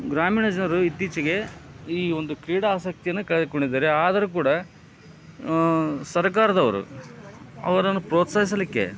ಗ್ರಾಮೀಣ ಜನರು ಇತ್ತೀಚೆಗೆ ಈ ಒಂದು ಕ್ರೀಡಾ ಆಸಕ್ತಿಯನ್ನ ಕಳೆದುಕೊಂಡಿದ್ದಾರೆ ಆದರು ಕೂಡ ಸರ್ಕಾರದವರು ಅವರನ್ನು ಪ್ರೋತ್ಸಾಹಿಸಲಿಕ್ಕೆ